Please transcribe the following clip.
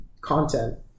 content